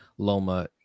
loma